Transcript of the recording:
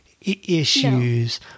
issues